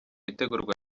itegurwa